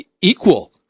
equal